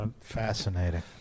Fascinating